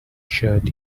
shirt